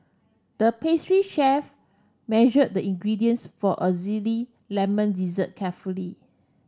the pastry chef measured the ingredients for a zesty lemon dessert carefully